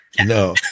No